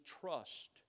trust